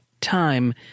time